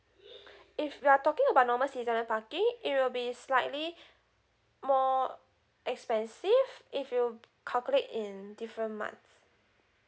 if you are talking about normal seasonal parking it'll be slightly more expensive if you calculate in different month